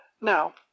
Now